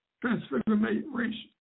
transformation